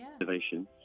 innovation